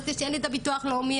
אני מקבלת ביטוח לאומי,